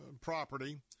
property